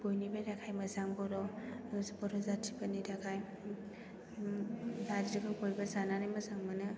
बयनिबो थाखाय मोजां बर' जाथिफोरनि थाखाय नारजिखौ बयबो जानानै मोजां मोनो